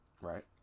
Right